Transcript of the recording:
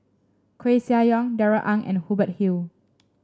Koeh Sia Yong Darrell Ang and Hubert Hill